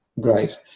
great